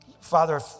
Father